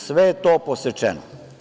Sve je to posečeno.